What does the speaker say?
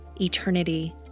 eternity